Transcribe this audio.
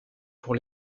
pour